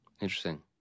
Interesting